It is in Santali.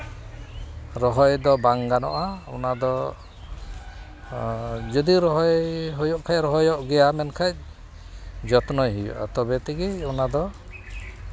ᱨᱚᱦᱚᱭ ᱫᱚ ᱵᱟᱝ ᱜᱟᱱᱚᱜᱼᱟ ᱚᱱᱟ ᱫᱚ ᱡᱩᱫᱤ ᱨᱚᱦᱚᱭ ᱦᱩᱭᱩᱜ ᱠᱷᱟᱱ ᱨᱚᱦᱚᱭᱚᱜ ᱜᱮᱭᱟ ᱢᱮᱱᱠᱷᱟᱱ ᱡᱚᱛᱱᱚᱭ ᱦᱩᱭᱩᱜᱼᱟ ᱛᱚᱵᱮ ᱛᱮᱜᱮ ᱚᱱᱟᱫᱚ